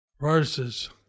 verses